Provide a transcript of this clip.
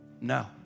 No